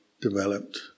developed